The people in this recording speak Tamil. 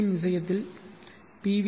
யின் விஷயத்தில் பி